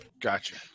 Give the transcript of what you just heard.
Gotcha